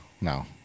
No